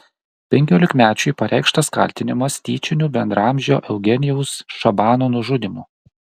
penkiolikmečiui pareikštas kaltinimas tyčiniu bendraamžio eugenijaus šabano nužudymu